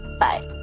bye.